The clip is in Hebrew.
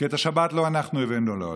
כי את השבת לא אנחנו הבאנו לעולם.